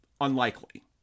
unlikely